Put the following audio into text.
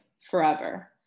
forever